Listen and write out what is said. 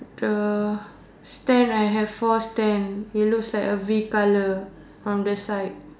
the stand I have four stand it looks like a V colour from the side